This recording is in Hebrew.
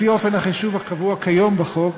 לפי אופן החישוב הקבוע כיום בחוק,